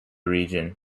region